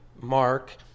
Mark